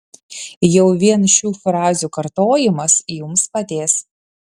jau vien šių frazių kartojimas jums padės